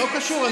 לא קשור.